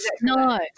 No